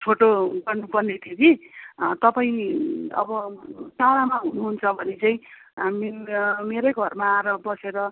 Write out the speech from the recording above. photo गर्नुपर्ने थियो कि तपाईँ अब टाढामा हुनुहुन्छ भने चाहिँ मेरै घरमा आएर बसेर